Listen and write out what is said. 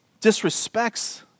disrespects